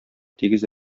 тигез